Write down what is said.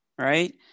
Right